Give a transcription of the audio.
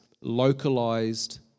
localized